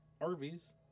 Arby's